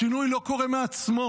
השינוי לא קורה מעצמו.